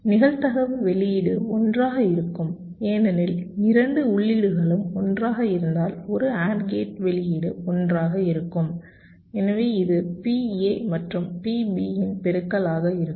நிகழ்தகவு வெளியீடு 1 ஆக இருக்கும் ஏனெனில் இரண்டு உள்ளீடுகளும் 1 ஆக இருந்தால் ஒரு AND கேட் வெளியீடு 1 ஆக இருக்கும் எனவே இது PA மற்றும் PB இன் பெருக்களாக இருக்கும்